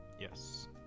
Yes